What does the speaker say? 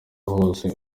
hose